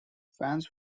fans